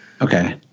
Okay